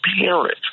parents